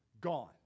gone